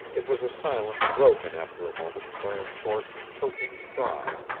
it was a silence broken after a moment by a short choking cry,